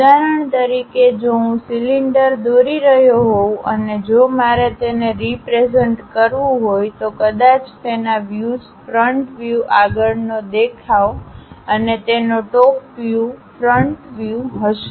ઉદાહરણ તરીકે જો હું સિલિન્ડર દોરી રહ્યો હોઉ અને જો મારે તેને રીપ્રેઝન્ટ કરવું હોય તો કદાચ તેના વ્યુઝફ્રન્ટ વ્યુ આગળ નો દેખાવ અને તેનો ટોપ વ્યુ ફ્રન્ટ વ્યુહશે